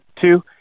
two